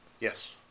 yes